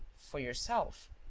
for yourself.